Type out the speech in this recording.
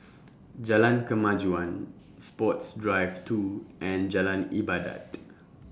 Jalan Kemajuan Sports Drive two and Jalan Ibadat